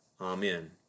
Amen